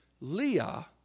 Leah